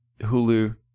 Hulu